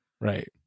Right